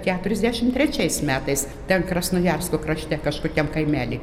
keturiasdešim trečiais metais ten krasnojarsko krašte kažkokiam kaimely